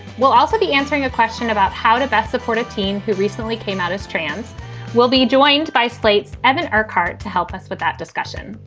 we'll also be answering a question about how to best support a teen who recently came out as trans we'll be joined by slate's evan aircar to help us with that discussion.